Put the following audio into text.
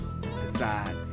decide